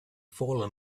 fallen